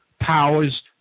powers